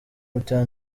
butera